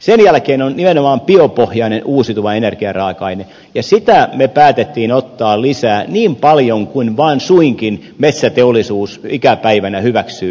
sen jälkeen on nimenomaan biopohjainen uusiutuva energiaraaka aine ja sitä me päätimme ottaa lisää niin paljon kuin vaan suinkin metsäteollisuus ikipäivänä hyväksyy